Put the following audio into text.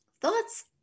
thoughts